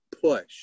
push